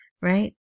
right